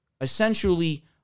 Essentially